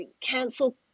cancel